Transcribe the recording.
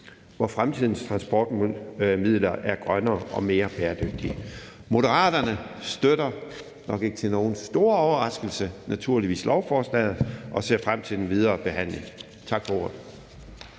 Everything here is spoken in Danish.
hvor fremtidens transportmidler er grønnere og mere bæredygtige. Moderaterne støtter, nok ikke til nogens store overraskelse, naturligvis lovforslaget og ser frem til den videre behandling. Tak for ordet.